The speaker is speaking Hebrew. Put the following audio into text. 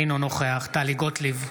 אינו נוכח טלי גוטליב,